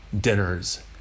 dinners